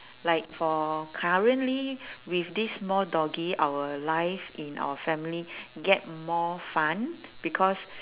like for currently with this small doggie our life in our family get more fun because